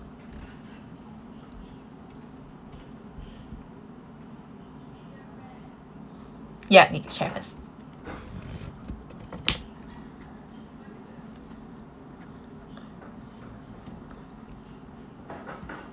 ya you can share first